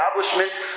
establishment